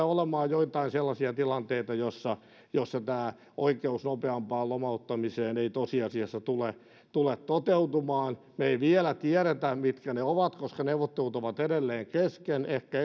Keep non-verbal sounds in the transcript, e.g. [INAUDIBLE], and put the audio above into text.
[UNINTELLIGIBLE] olemaan joitain sellaisia tilanteita joissa joissa tämä oikeus nopeampaan lomauttamiseen ei tosiasiassa tule tule toteutumaan me emme vielä tiedä mitkä ne ovat koska neuvottelut ovat edelleen kesken ehkä [UNINTELLIGIBLE]